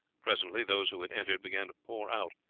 presently those who had entered began to pour out,